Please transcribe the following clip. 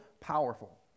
powerful